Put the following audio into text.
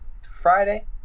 Friday